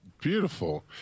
Beautiful